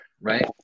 right